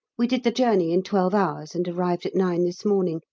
we did the journey in twelve hours, and arrived at nine this morning,